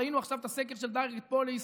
ראינו עכשיו את הסקר של דיירקט פולס,